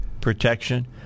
protection